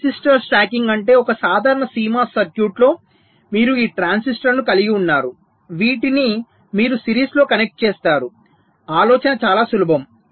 transistor stacking అంటే ఒక సాధారణ CMOS సర్క్యూట్లో మీరు ఈ ట్రాన్సిస్టర్లను కలిగి ఉన్నారు వీటిని మీరు సిరీస్లో కనెక్ట్ చేస్తారు ఆలోచన చాలా సులభం